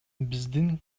биздин